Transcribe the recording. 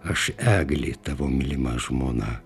aš eglė tavo mylima žmona